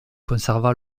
conserva